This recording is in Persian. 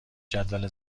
جدول